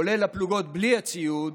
כולל הפלוגות בלי הציוד,